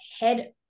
head